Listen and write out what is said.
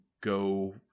go